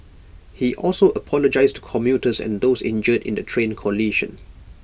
he also apologised to commuters and those injured in the train collision